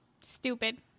stupid